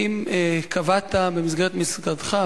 האם קבעת במסגרת משרדך,